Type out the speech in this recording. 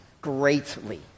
Greatly